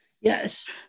Yes